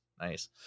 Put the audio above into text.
nice